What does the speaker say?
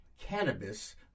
Cannabis